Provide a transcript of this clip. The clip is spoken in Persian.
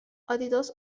آدیداس